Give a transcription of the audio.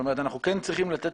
אנחנו כן צריכים לתת